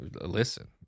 listen